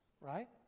right